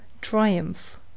triumph